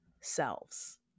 selves